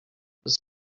was